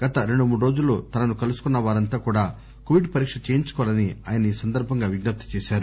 గత రెండు మూడు రోజుల్లో తనను కలుసుకున్న వారంతా కూడా కోవిడ్ పరీక్ష చేయించుకోవాలని ఆయన విజ్ఞప్తి చేశారు